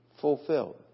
fulfilled